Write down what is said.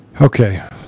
Okay